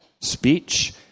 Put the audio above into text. speech